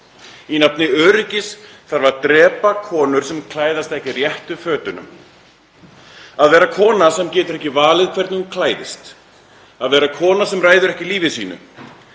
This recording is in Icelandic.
Í nafni öryggis þarf að drepa konur sem klæðast ekki réttu fötunum. Að vera kona sem getur ekki valið hvernig hún klæðist, að vera kona sem ræður ekki lífi sínu,